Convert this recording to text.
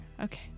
okay